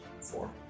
four